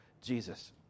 Jesus